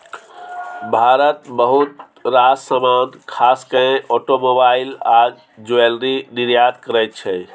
भारत बहुत रास समान खास केँ आटोमोबाइल आ ज्वैलरी निर्यात करय छै